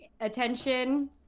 attention